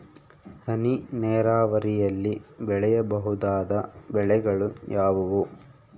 ಹನಿ ನೇರಾವರಿಯಲ್ಲಿ ಬೆಳೆಯಬಹುದಾದ ಬೆಳೆಗಳು ಯಾವುವು?